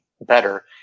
better